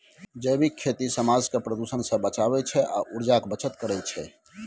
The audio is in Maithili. जैबिक खेती समाज केँ प्रदुषण सँ बचाबै छै आ उर्जाक बचत करय छै